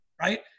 right